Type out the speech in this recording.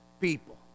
people